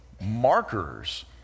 markers